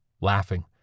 laughing